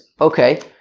Okay